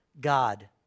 God